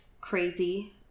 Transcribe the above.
crazy